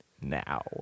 now